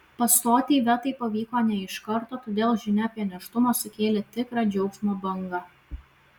pastoti ivetai pavyko ne iš karto todėl žinia apie nėštumą sukėlė tikrą džiaugsmo bangą